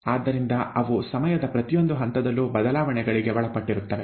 ಆದ್ದರಿಂದ ಅವು ಸಮಯದ ಪ್ರತಿಯೊಂದು ಹಂತದಲ್ಲೂ ಬದಲಾವಣೆಗಳಿಗೆ ಒಳಪಟ್ಟಿರುತ್ತವೆ